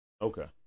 Okay